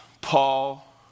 Paul